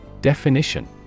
Definition